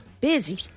busy